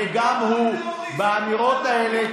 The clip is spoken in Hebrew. אני הבנתי את שניכם, גם אתה וגם הוא באמירות האלה.